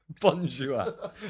bonjour